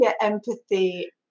empathy